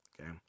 Okay